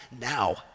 now